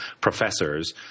professors